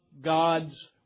God's